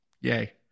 Yay